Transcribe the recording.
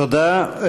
תודה.